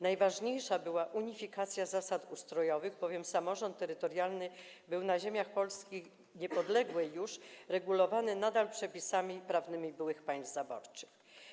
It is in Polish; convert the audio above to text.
Najważniejsza była unifikacja zasad ustrojowych, bowiem samorząd terytorialny był na ziemiach Polski niepodległej nadal regulowany przepisami prawnymi byłych państw zaborczych.